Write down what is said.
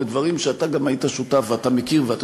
בדברים שאתה גם היית שותף ואתה מכיר ואתה